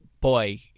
Boy